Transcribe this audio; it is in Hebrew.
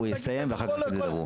הוא יסיים ואחר כך אתם תדברו.